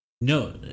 No